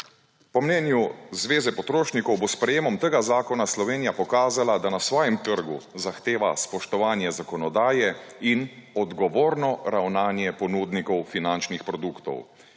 Po mnenju Zveze potrošnikov bo s sprejemom tega zakona Slovenija pokazala, da na svojem trgu zahteva spoštovanje zakonodaje in odgovorno ravnanje ponudnikov finančnih produktov